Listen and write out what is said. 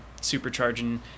supercharging